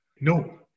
No